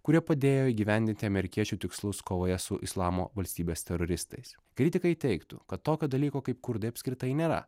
kurie padėjo įgyvendinti amerikiečių tikslus kovoje su islamo valstybės teroristais kritikai teigtų kad tokio dalyko kaip kurdai apskritai nėra